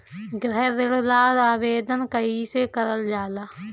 गृह ऋण ला आवेदन कईसे करल जाला?